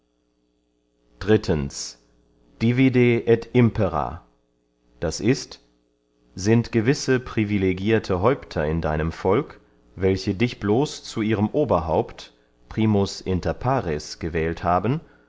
impera das ist sind gewisse privilegirte häupter in deinem volk welche dich blos zu ihrem oberhaupt primus inter pares gewählt haben